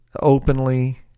openly